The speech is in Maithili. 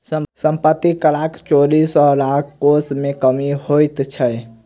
सम्पत्ति करक चोरी सॅ राजकोश मे कमी होइत छै